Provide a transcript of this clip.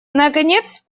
наконец